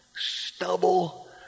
stubble